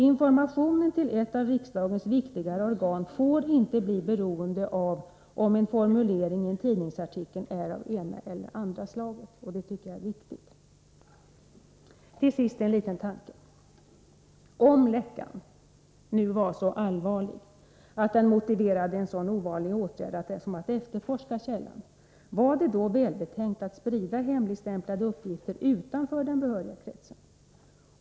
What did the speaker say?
Informationen till ett av riksdagens viktigare organ får inte bli beroende av om en formulering i en tidningsartikel är av det ena eller det andra slaget. Det tycker jag är viktigt. Till sist en liten tanke: Om läckan nu var så allvarlig att den motiverade en sådan ovanlig åtgärd som att efterforska källan, var det då välbetänkt att sprida hemligstämplade uppgifter utanför den behöriga kretsen?